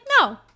no